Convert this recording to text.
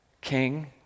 king